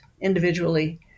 individually